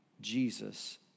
Jesus